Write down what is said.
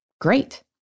great